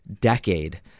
decade